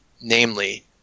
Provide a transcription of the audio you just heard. Namely